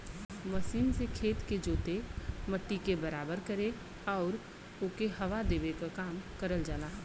machine से खेत के जोते, मट्टी के बराबर करे आउर ओके हवा देवे क काम करल जाला